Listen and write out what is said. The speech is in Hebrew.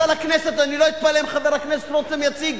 אני לא אתפלא אם עוד מעט חבר הכנסת רותם יציג